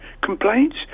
complaints